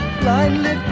blindly